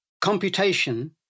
computation